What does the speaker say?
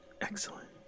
excellent